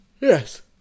Yes